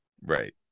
Right